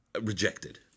rejected